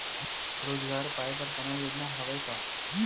रोजगार पाए बर कोनो योजना हवय का?